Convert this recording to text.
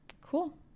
cool